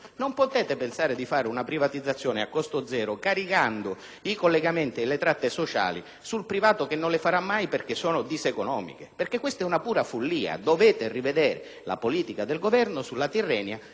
non potete pensare di realizzare una privatizzazione a costo zero, caricando i collegamenti e le tratte sociali sul privato, che non le farà mai perché sono diseconomiche. Questa è una pura follia. Dovete rivedere la politica del Governo sulla Tirrenia